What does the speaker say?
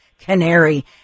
Canary